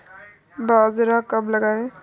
बाजरा कब लगाएँ?